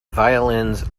violins